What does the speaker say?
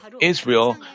Israel